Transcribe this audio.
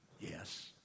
Yes